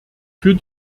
für